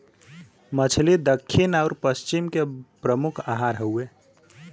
मछली दक्खिन आउर पश्चिम के प्रमुख आहार हउवे